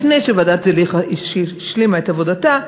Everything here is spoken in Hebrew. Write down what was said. לפני שוועדת זליכה השלימה את עבודתה,